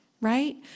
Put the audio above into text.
right